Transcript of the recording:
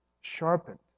sharpened